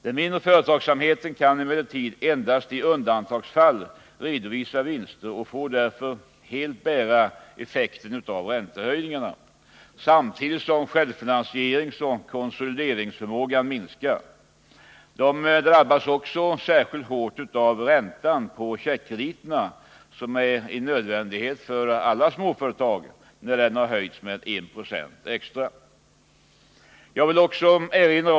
Den mindre företagsamheten kan emellertid endast i undantagsfall redovisa vinster och får därför helt bära effekten av räntehöjningarna, samtidigt som självfinansieringsoch konsolideringsförmågan minskar. De drabbas också särskilt hårt av att räntan på checkkrediterna, som är en nödvändighet för alla småföretag, har höjts med 1 96 extra.